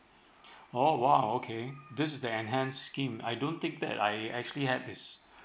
oh !wow! okay this is the enhance scheme I don't think that I actually had this